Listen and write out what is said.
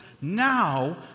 Now